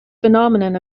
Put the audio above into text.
phenomenon